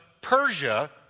Persia